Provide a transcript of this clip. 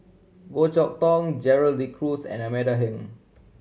Goh Chok Tong Gerald De Cruz and Amanda Heng